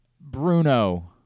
Bruno